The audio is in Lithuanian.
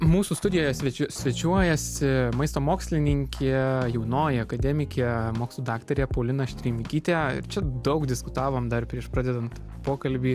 mūsų studijoje svečiu svečiuojasi maisto mokslininkė jaunoji akademikė mokslų daktarė paulina štreimikytė ir čia daug diskutavom dar prieš pradedant pokalbį